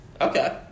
Okay